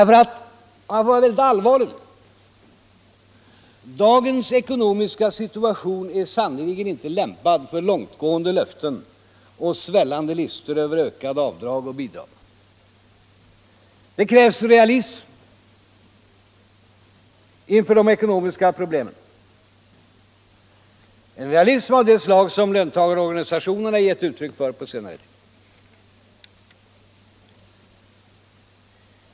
För att vara litet allvarligare — dagens ekonomiska situation är sannerligen inte lämpad för långtgående löften och svällande listor över ökade avdrag och bidrag. Det krävs realism inför de ekonomiska problemen, en realism av det slag som löntagarorganisationerna har givit uttryck för på senare tid.